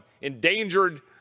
endangered